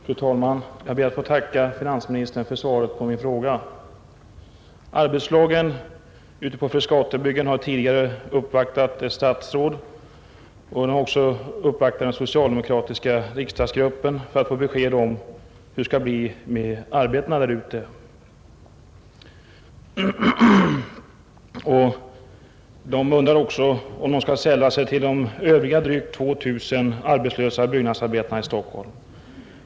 Fru talman! Jag ber att få tacka finansministern för svaret på min fråga. Arbetslagen ute på Frescatibyggena har tidigare uppvaktat ett statsråd och har också uppvaktat den socialdemokratiska riksdagsgruppen för att få besked om hur det skall bli med arbetena där ute. De undrar också om de skall sälla sig till de övriga drygt 2 000 arbetslösa byggnadsarbetarna i Stockholm.